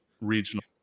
regional